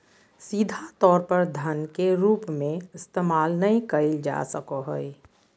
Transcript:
सीधा तौर पर धन के रूप में इस्तेमाल नय कइल जा सको हइ